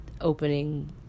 opening